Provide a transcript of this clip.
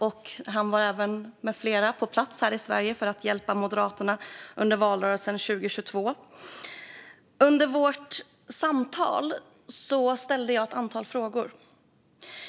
Han med flera var även på plats i Sverige för att hjälpa Moderaterna under valrörelsen 2022. Under vårt samtal ställde jag ett antal frågor.